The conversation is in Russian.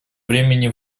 времени